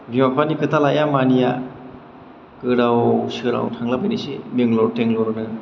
बिमा बिफानि खोथा लाया मानिया गोदाव सोराव थांला बायनायसै बेगलर थेंगलरनो